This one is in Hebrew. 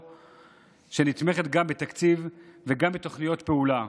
שנתמכת גם בתקציב וגם בתוכניות פעולה,